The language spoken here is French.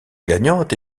gagnante